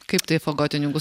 kaip tai fagotininkų